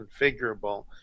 configurable